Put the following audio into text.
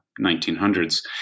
1900s